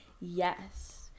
yes